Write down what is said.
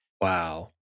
Wow